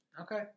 Okay